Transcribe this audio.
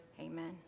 Amen